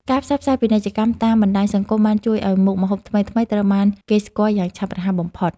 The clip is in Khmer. ការផ្សព្វផ្សាយពាណិជ្ជកម្មតាមបណ្តាញសង្គមបានជួយឱ្យមុខម្ហូបថ្មីៗត្រូវបានគេស្គាល់យ៉ាងឆាប់រហ័សបំផុត។